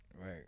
right